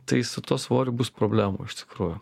tai su tuo svoriu bus problemų iš tikrųjų